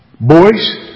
Boys